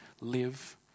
live